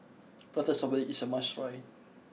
Prata Strawberry is a must try